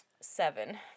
Seven